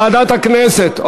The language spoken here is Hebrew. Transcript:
ועדת הכנסת.